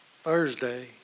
Thursday